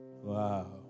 Wow